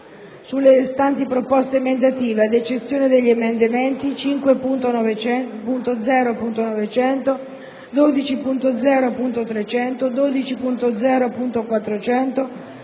sulle restanti proposte emendative, ad eccezione degli emendamenti 5.0.900, 12.0.300, 12.0.400,